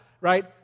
right